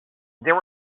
there